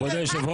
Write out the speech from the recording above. זה חסר תקדים?